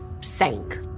sank